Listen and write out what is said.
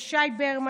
ואת שי ברמן,